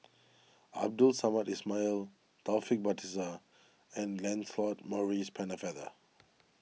Abdul Samad Ismail Taufik Batisah and Lancelot Maurice Pennefather